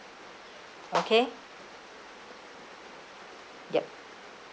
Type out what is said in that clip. okay yup